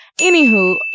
Anywho